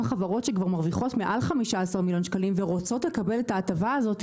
חברות שכבר מרוויחות מעל 15 מיליון ₪ ורוצות לקבל את ההטבה הזו,